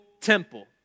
temple